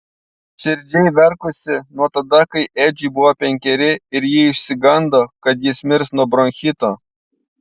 širdžiai verkusi nuo tada kai edžiui buvo penkeri ir ji išsigando kad jis mirs nuo bronchito